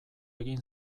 egin